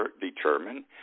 determine